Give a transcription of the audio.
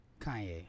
Kanye